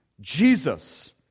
Jesus